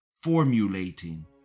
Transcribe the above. formulating